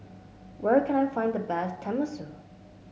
where can I find the best Tenmusu